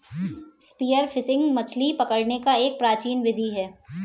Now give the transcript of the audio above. spear fishing मछली पकड़ने की एक प्राचीन विधि है